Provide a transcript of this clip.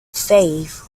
faith